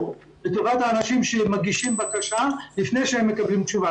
לטובת האנשים שמגישים בקשה לפני שהם מקבלים תשובה.